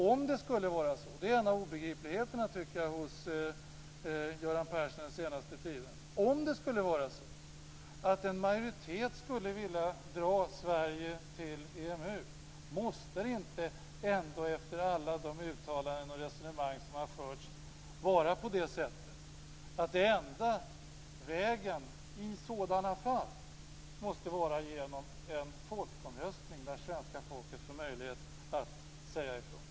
Om det skulle vara så - det är en av obegripligheterna hos Göran Persson den senaste tiden - att en majoritet vill dra Sverige till EMU, måste det då inte, efter alla uttalanden och resonemang, vara på det sättet att den enda vägen är en folkomröstning, där svenska folket får möjlighet att säga ifrån?